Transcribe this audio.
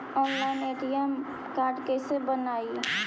Online ATM card कैसे बनाई?